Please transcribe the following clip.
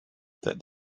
that